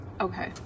okay